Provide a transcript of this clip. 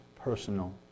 personal